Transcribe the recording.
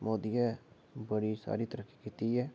मोदी नै बड़ी सारी कीती ऐ